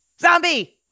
Zombie